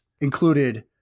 included